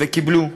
וקיבלו,